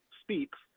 speaks